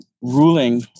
ruling